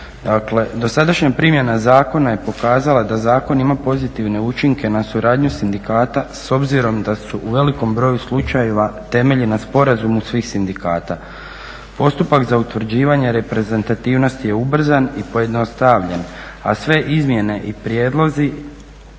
Dakle dosadašnja primjena zakona je pokazala da zakon ima pozitivne učinke na suradnju sindikata s obzirom da se u velikom broju slučajeva temelji na sporazumu svih sindikata. Postupak za utvrđivanje reprezentativnosti je ubrzan i pojednostavljen a sve izmjene i prijedlozi